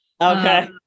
Okay